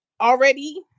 already